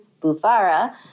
Bufara